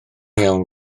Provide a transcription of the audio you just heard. iawn